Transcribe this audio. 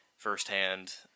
firsthand